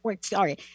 Sorry